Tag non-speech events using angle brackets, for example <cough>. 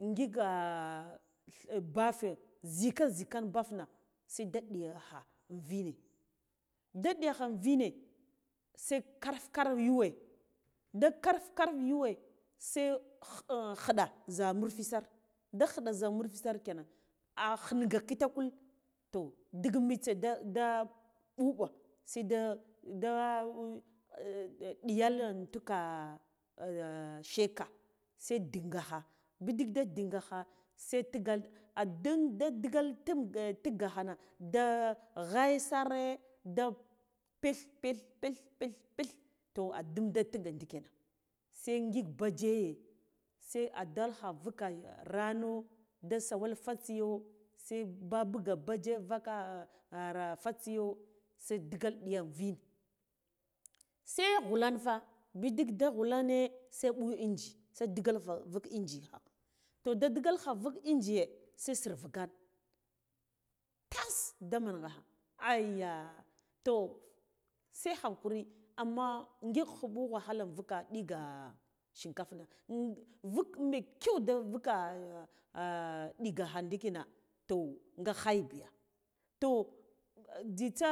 Ngiga <hesitation> bafe nzika nzikan bafna seda diya kha invine da diyakha vine se karfa kara yuwe da karfa kar yuwe se kha <hesitation> khiɗa zha mufi sar da khida zha murfi sar kenan ah khinga kitakul to adik mitse da de ɓuɓa sai da da <hesitation> ɗiyal ntuka sheka sai at ndingakha bidit da dingakha se digal adun da digal da <hesitation> tikgakha na da ghaya sare da pelth pelth pelth pelth pelth toh adum ta tiga ndikina se ngik bayeye se adalkha vuka rano da gawal fatsiyo se ba buga baje vuka <hesitation> fatsiyo se digal ɗiya vine se ghulanfa bidig da ghulane se ɓu engi se digal va vuk engi cha toh da digalkha vuk engi se sufa gan tas damanga kha ayya to se hankuri amma ngik khuɓu wahala invuka ɗiga shikafna <hesitation> vuk mekyau da vuka <hesitation> ɗigakha ndikina toh ga ghaibiya toh nzitsa